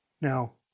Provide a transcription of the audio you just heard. Now